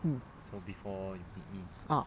mm ah